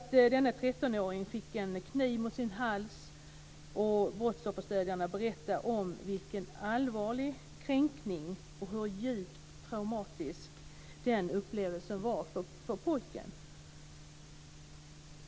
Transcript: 13-åringen fick en kniv mot sin hals, och brottsofferstödjarna berättar om vilken allvarlig kränkning det var och hur djupt traumatisk den upplevelsen var för pojken.